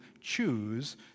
choose